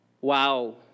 Wow